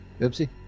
Oopsie